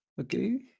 okay